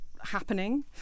happening